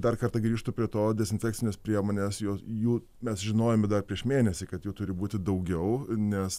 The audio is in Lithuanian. dar kartą grįžtu prie to dezinfekcines priemones jos jų mes žinojome dar prieš mėnesį kad jų turi būti daugiau nes